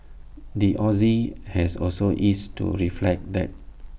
the Aussie has also eased to reflect that